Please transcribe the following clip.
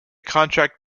contract